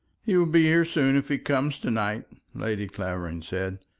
he will be here soon, if he comes to-night, lady clavering said,